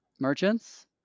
merchants